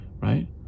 right